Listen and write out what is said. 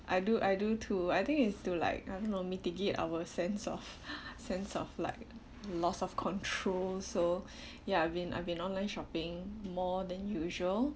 I do I do too I think is to like I don't know mitigate our sense of sense of like loss of control so ya I've been I've been online shopping more than usual